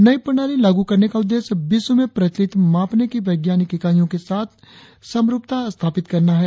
नई प्रणाली लागू करने का उद्देश्य विश्व में प्रचलित मापने की वैज्ञानिक इकाईयों के साथ समरुपता स्थापित करना है